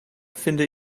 finde